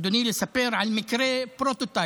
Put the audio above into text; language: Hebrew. אדוני, לספר על מקרה proto-type,